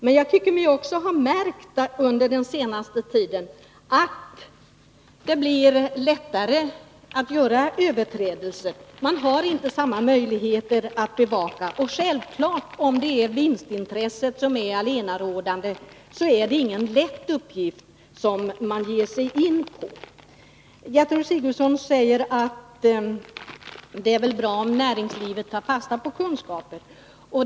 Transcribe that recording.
Men jag tycker mig under den senaste tiden även ha märkt att det är lättare att överträda denna lag. Myndigheterna har inte tillräckliga möjligheter att bevaka att lagen efterlevs. Om vinstintresset är allenarådande i branschen, är en sådan bevakning givetvis ingen lätt uppgift. Gertrud Sigurdsen säger att det väl är bra om man inom näringslivet tar fasta på kunskaper.